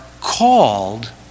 called